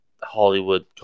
Hollywood